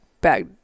back